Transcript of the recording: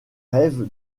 rêves